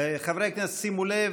חברי הכנסת, שימו לב.